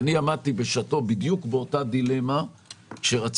אני בשעתו עמדתי בדיוק באותה דילמה כשרציתי